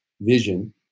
vision